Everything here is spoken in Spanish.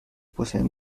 poseen